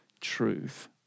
truth